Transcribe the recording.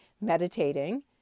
meditating